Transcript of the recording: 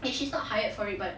and she's not hired for it but